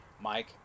Mike